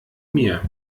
mir